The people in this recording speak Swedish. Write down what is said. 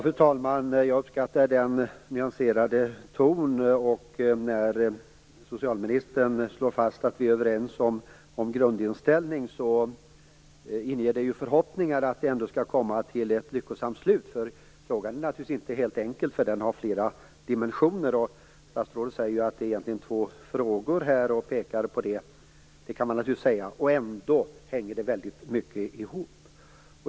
Fru talman! Jag uppskattar socialministerns nyanserade ton och att hon slår fast att vi är överens om en grundinställning. Det inger förhoppningar om att det hela ändå skall komma till ett lyckosamt slut. Frågan är inte helt enkel. Den har flera dimensioner. Statsrådet sade att det egentligen handlar om två frågor. Ändå hänger de väldigt mycket ihop.